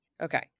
Okay